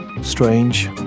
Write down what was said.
strange